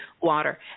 water